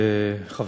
תודה רבה,